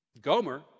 Gomer